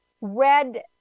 red